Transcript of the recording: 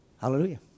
Hallelujah